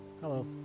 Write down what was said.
Hello